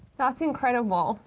that's incredible.